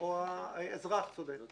או האזרח צודק.